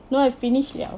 no I finish 了